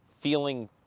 feeling